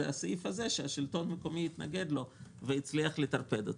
סעיף שהשלטון המקומי התנגד לו והצליח לטרפד אותו.